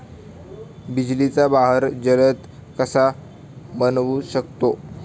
बिजलीचा बहर जलद कसा बनवू शकतो?